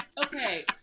okay